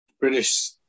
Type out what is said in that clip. British